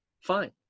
fine